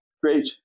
great